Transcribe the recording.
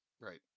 Right